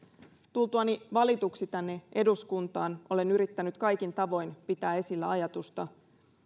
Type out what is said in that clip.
tultuani valituksi tänne eduskuntaan olen yrittänyt kaikin tavoin pitää esillä ajatusta